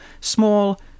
small